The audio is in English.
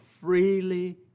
freely